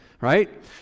right